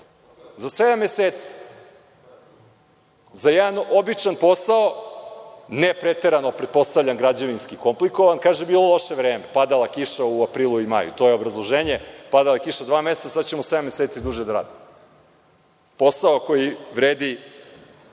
sedam meseci za jedan običan posao, ne preterano, pretpostavljam, građevinski komplikovan. Kaže – bilo loše vreme, padala kiša u aprilu i maju. To je obrazloženje. Padala kiša dva meseca, sada ćemo sedam meseci duže da radimo, posao koji vredi